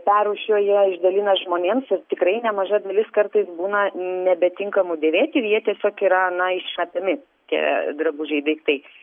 perrūšiuoja išdalina žmonėms ir tikrai nemaža dalis kartais būna nebetinkamų dėvėti ir jie tiesiog yra na išmetami tie drabužiai daiktai